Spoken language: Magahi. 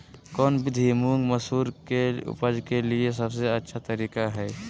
कौन विधि मुंग, मसूर के उपज के लिए सबसे अच्छा तरीका है?